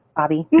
bobbi.